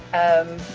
um,